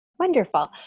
wonderful